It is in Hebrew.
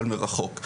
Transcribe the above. אבל מרחוק.